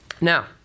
Now